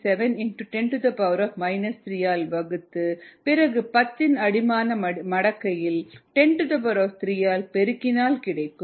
37 x 10 3 ஆல் வகுத்து பிறகு 10ன் அடிமான மடக்கையில் 103 ஆல் பெருக்கினால் கிடைக்கும்